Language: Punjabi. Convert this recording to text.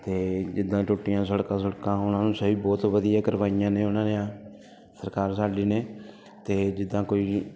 ਅਤੇ ਜਿੱਦਾਂ ਟੁੱਟੀਆਂ ਸੜਕਾਂ ਸੁੜਕਾਂ ਉਹਨਾਂ ਨੂੰ ਸਹੀ ਬਹੁਤ ਵਧੀਆ ਕਰਵਾਈਆਂ ਨੇ ਉਹਨਾਂ ਨੇ ਸਰਕਾਰ ਸਾਡੀ ਨੇ ਅਤੇ ਜਿੱਦਾਂ ਕੋਈ